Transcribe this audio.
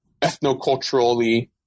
ethnoculturally